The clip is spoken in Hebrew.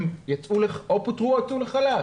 או פוטרו או הוצאו לחל"ת.